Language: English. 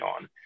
on